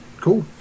Cool